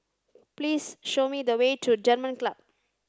please show me the way to German Club